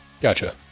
Gotcha